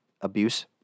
abuse